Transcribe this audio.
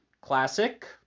classic